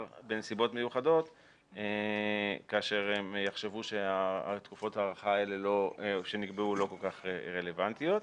בנסיבות מיוחדות כאשר הם יחשבו שתקופות ההארכה שנקבעו לא כל כך רלוונטיות.